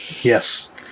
Yes